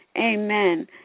amen